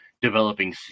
developing